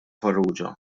farrugia